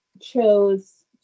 chose